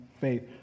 Faith